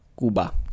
cuba